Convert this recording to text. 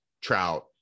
Trout